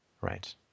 Right